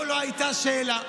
פה לא הייתה שאלה.